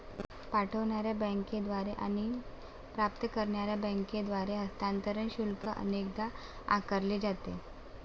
पाठवणार्या बँकेद्वारे आणि प्राप्त करणार्या बँकेद्वारे हस्तांतरण शुल्क अनेकदा आकारले जाते